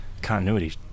Continuity